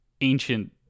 ancient